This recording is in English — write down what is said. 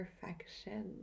perfection